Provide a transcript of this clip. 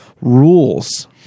rules